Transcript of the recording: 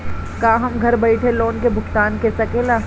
का हम घर बईठे लोन के भुगतान के शकेला?